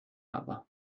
aber